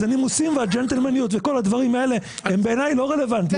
אז הנימוסים והג'נטלמניות וכל הדברים האלה הם בעיניי לא רלוונטיים.